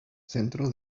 centro